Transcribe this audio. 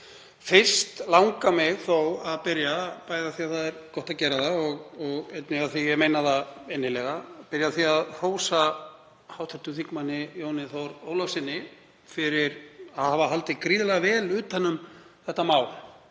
Fyrst langar mig þó að byrja á, bæði af því að það er gott að gera það og einnig af því að ég meina það innilega, að hrósa hv. þm. Jóni Þór Ólafssyni fyrir að hafa haldið gríðarlega vel utan um þetta mál